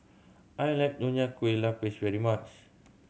I like Nonya Kueh Lapis very much